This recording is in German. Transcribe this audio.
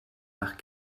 nach